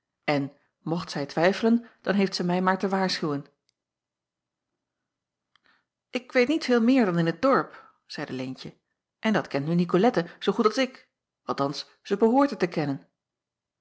en mocht zij twijfelen dan heeft zij mij maar te waarschuwen k weet niet veel meer dan in t dorp zeide eentje en dat kent nu icolette zoo goed als ik althans zij behoort het te kennen